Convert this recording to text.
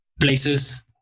places